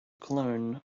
clone